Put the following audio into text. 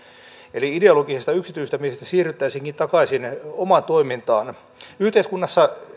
eli ideologisesta yksityistämisestä siirryttäisiinkin takaisin omaan toimintaan yhteiskunnassa